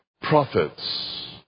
profits